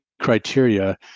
criteria